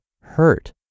hurt